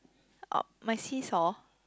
orh my seesaw